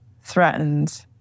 threatened